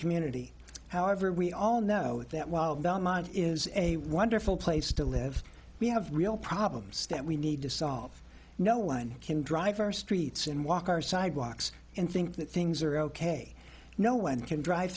community however we all know that while belmont is a wonderful place to live we have real problems that we need to solve no one can drive our streets and walk our sidewalks and think that things are ok no one can drive